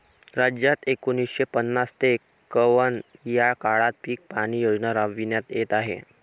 राज्यात एकोणीसशे पन्नास ते एकवन्न या काळात पीक पाहणी योजना राबविण्यात येत आहे